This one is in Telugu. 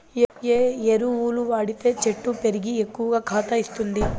ఏ ఎరువులు వాడితే చెట్టు పెరిగి ఎక్కువగా కాత ఇస్తుంది?